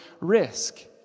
risk